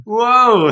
Whoa